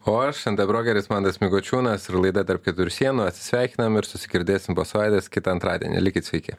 o aš nt brokeris mantas mikočiūnas ir laida tarp keturių sienų atsisveikinam ir susigirdėsim po savaitės kitą antradienį likit sveiki